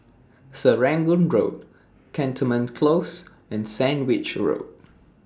Serangoon Road Cantonment Close and Sandwich Road